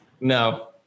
No